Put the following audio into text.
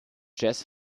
jazz